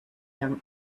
young